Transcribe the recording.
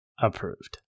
Approved